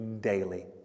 daily